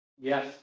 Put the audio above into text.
Yes